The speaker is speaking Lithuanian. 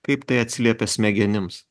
kaip tai atsiliepia smegenims